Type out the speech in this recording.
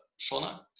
shawna?